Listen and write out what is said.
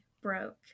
broke